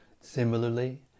Similarly